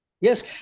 Yes